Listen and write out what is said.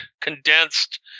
condensed